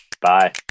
Bye